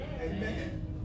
Amen